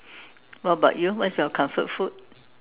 what about you what is your comfort food